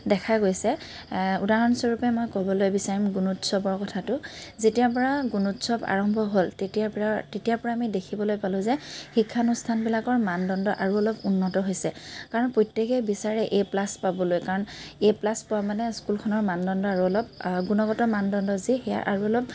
দেখা গৈছে উদাহৰণস্বৰূপে মই ক'বলৈ বিছাৰিম গুণোৎসৱৰ কথাটো যেতিয়াপৰা গুণোৎসৱ আৰম্ভ হ'ল তেতিয়াৰপৰা তেতিয়াৰপৰা আমি দেখিবলৈ পালো যে শিক্ষানুষ্ঠানবিলাকৰ মানদণ্ড আৰু অলপ উন্নত হৈছে কাৰণ প্ৰত্যেকেই বিচাৰে এ প্লাচ পাবলৈ কাৰণ এ প্লাচ পোৱা মানে স্কুলখনৰ মাননণ্ড আৰু অলপ গুণগত মানদণ্ড যি সেয়া আৰু অলপ